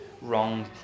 wrong